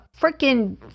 freaking